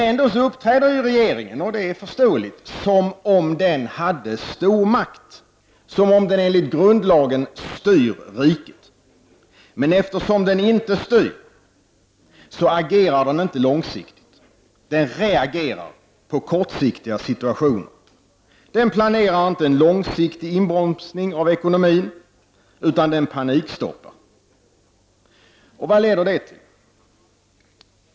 Ändå uppträder den svenska regeringen, och det är förståeligt, som om den hade stor makt, som om den enligt grundlagen styrde riket. Men eftersom den inte styr agerar den inte långsiktigt. Den reagerar på kortsiktiga situationer. Den planerar inte en långsiktig inbromsning av ekonomin, utan den panikstoppar. Vad leder det till?